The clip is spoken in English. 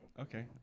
Okay